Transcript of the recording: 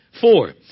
Four